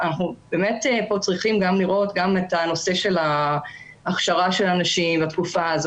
אנחנו צריכים לראות את הנושא של הכשרה של אנשים בתקופה זו,